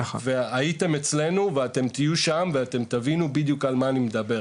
הייתם אצלנו ואתם תהיו שם ואתם תבינו בדיוק על מה אני מדבר,